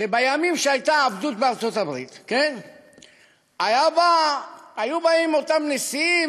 שבימים שהייתה עבדות בארצות-הברית היו באים אותם נשיאים